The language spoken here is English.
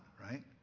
right